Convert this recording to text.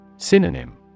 Synonym